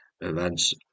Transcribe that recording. events